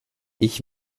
ich